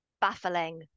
Baffling